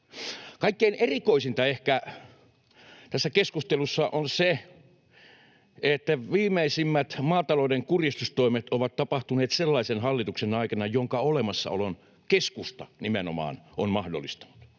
kaikkein erikoisinta tässä keskustelussa on se, että viimeisimmät maatalouden kuristustoimet ovat tapahtuneet sellaisen hallituksen aikana, jonka olemassaolon nimenomaan keskusta on mahdollistanut.